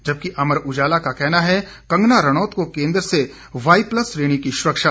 जबकि अमर उजाला का कहना है कंगना रणौत को केंद्र से वाई प्लस श्रेणी की सुरक्षा